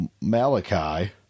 Malachi